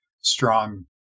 strong